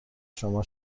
شما